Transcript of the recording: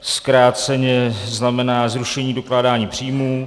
Zkráceně znamená zrušení dokládání příjmů.